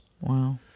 Wow